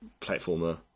platformer